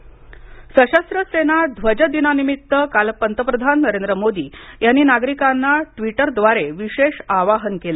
ध्वजदिन सशस्त्र सेना ध्वजदिनानिमित्त काल पंतप्रधान नरेंद्र मोदी यांनी नागरिकांना ट्वीटरद्वारे विशेष आवाहन केलं